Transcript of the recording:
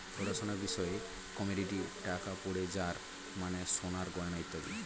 পড়াশোনার বিষয়ে কমোডিটি টাকা পড়ে যার মানে সোনার গয়না ইত্যাদি